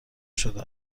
شده